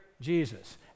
Jesus